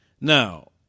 Now